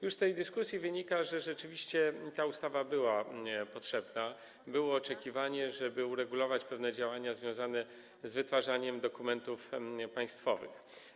Już z tej dyskusji wynika, że rzeczywiście ta ustawa była potrzebna, było oczekiwanie, żeby uregulować pewne działania związane z wytwarzaniem dokumentów państwowych.